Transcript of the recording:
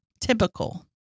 typical